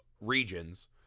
regions